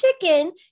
chicken